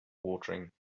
watering